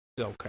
Okay